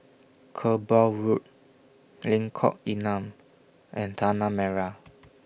Kerbau Road Lengkok Enam and Tanah Merah